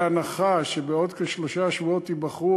בהנחה שבעוד כשלושה שבועות ייבחרו,